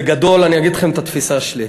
בגדול, אני אגיד לכם את התפיסה שלי.